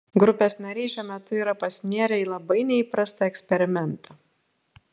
grupės nariai šiuo metu yra pasinėrę į labai neįprastą eksperimentą